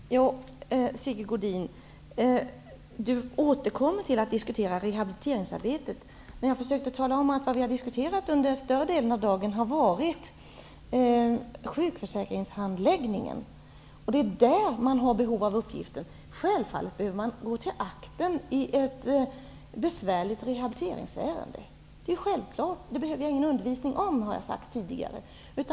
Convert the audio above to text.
Herr talman! Sigge Godin återkommer till diskussionen om rehabiliteringsarbetet. Jag försökte dock tala om att det vi större delen av dagen har diskuterat är handläggningen av sjukförsäkringen. Det är där som man har behov av uppgifter. Självfallet behöver man gå tillbaka till akten i fråga när det gäller ett besvärligt rehabiliteringsärende. Det är en självklarhet. Jag har tidigare sagt att jag inte behöver bli undervisad i det avseendet.